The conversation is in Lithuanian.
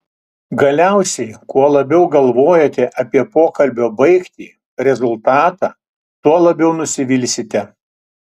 galiausiai kuo labiau galvojate apie pokalbio baigtį rezultatą tuo labiau nusivilsite